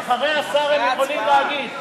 אחרי השר הם יכולים להגיב.